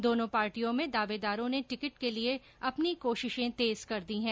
दोनो पार्टियों में दावेदारों ने टिकिट के लिये अपनी कोशिशें तेज कर दी हैं